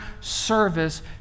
service